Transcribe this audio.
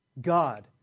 God